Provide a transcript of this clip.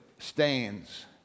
stands